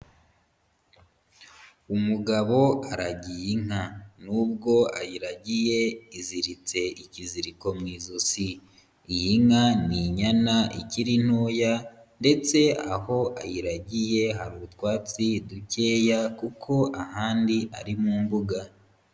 Umugabo aragiye inka nubwo ayiragiye iziritse ikiziriko mu ijosi, iyi nka ni inyana ikiri ntoya ndetse aho ayiragiye hari utwatsi dukeya kuko ahandi ari mu mbuga.